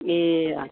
ए अँ